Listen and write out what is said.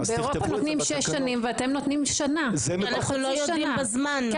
באירופה נותנים שש שנים ואתם שנה או חצי שנה.